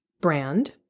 brand